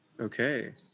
Okay